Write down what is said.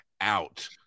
out